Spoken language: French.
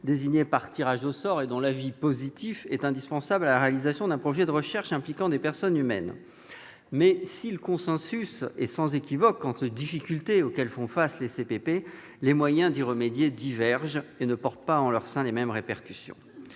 désignés par tirage au sort et dont l'avis positif est indispensable à la réalisation d'un projet de recherche impliquant des personnes humaines. Si le consensus est sans équivoque quant aux difficultés auxquelles font face les CPP, les moyens d'y remédier divergent et ne portent pas en leur sein les mêmes répercussions.